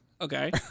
Okay